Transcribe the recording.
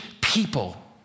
people